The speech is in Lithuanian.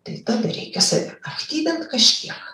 tai tada reikia save aktyvint kažkiek